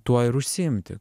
tuo ir užsiimti